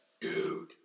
dude